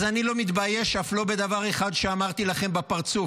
אז אני לא מתבייש אף לא בדבר אחד שאמרתי לכם בפרצוף.